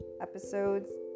Episodes